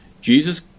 Jesus